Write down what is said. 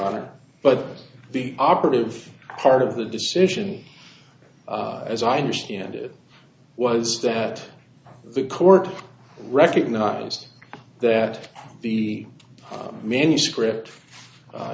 honor but the operative part of the decision as i understand it was that the court recognized that the manuscript